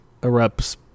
erupts